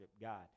God